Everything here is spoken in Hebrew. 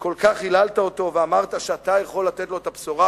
כל כך היללת אותו ואמרת שאתה יכול לתת לו את הבשורה,